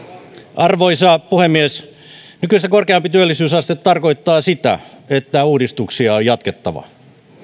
arvoisa puhemies nykyistä korkeampi työllisyysaste tarkoittaa sitä että uudistuksia on jatkettava